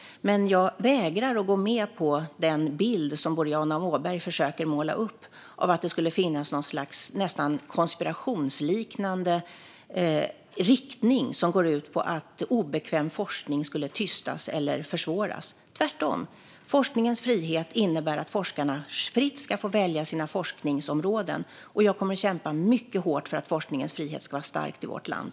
Jag vägrar dock att gå med på den bild som Boriana Åberg försöker måla upp av att det skulle finnas en konspirationsliknande riktning som går ut på att obekväm forskning skulle tystas eller försvåras. Forskningens frihet innebär tvärtom att forskarna fritt ska få välja sina forskningsområden, och jag kommer att kämpa mycket hårt för att forskningens frihet ska vara stark i vårt land.